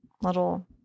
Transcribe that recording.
little